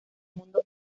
mundo